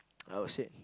I would say